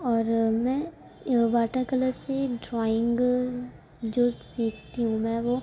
اور میں water colour سے ڈرائنگ جو سیکھتی ہوں میں وہ